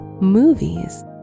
movies